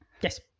Yes